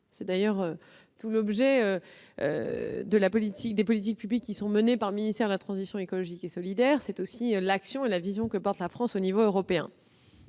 C'est d'ailleurs tout l'objet des politiques publiques menées par le ministère de la transition écologique et solidaire ; c'est aussi la vision que porte la France au niveau européen.